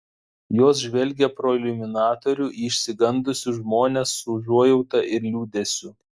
jos žvelgė pro iliuminatorių į išsigandusius žmones su užuojauta ir liūdesiu